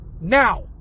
now